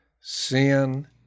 sin